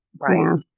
right